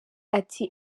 ati